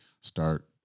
start